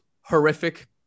horrific